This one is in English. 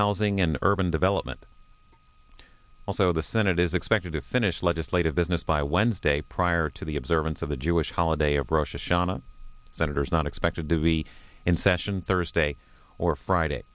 housing and urban development although the senate is expected to finish legislative business by wednesday prior to the observance of the jewish holiday of russia shannah senators not expected to be in session thursday or friday